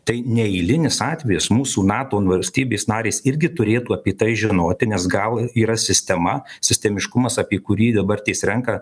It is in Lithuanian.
tai neeilinis atvejis mūsų nato valstybės narės irgi turėtų apie tai žinoti nes gal yra sistema sistemiškumas apie kurį dabartės renka